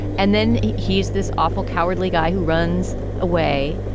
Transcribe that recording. and then he's this awful, cowardly guy who runs away.